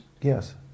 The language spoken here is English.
yes